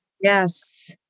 Yes